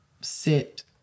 sit